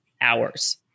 hours